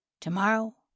Tomorrow